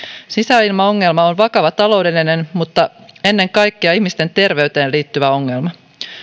sisäilmaongelma on vakava taloudellinen mutta ennen kaikkea ihmisten terveyteen liittyvä ongelma